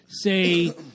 say